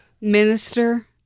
Minister